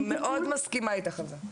אני מאוד מסכימה איתך על זה.